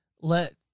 let